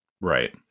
right